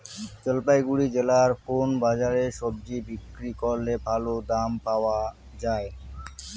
জলপাইগুড়ি জেলায় কোন বাজারে সবজি বিক্রি করলে ভালো দাম পাওয়া যায়?